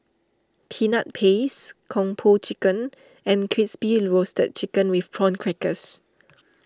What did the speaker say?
Peanut Paste Kung Po Chicken and Crispy Roasted Chicken with Prawn Crackers